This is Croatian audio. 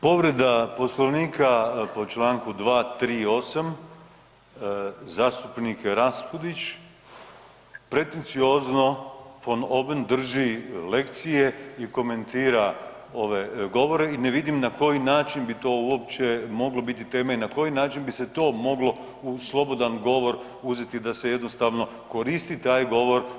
Povreda Poslovnika po čl. 238. zastupnik Raspudić pretenciozno ... drži lekcije i komentira ove govore i ne vidim na koji način bi to uopće moglo biti teme, na koji način bi se to moglo u slobodan govor uzeti da se jednostavno koristi taj govor.